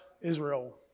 Israel